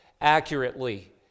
accurately